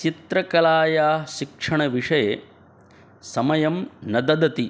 चित्रकलायाः शिक्षणविषये समयं न ददति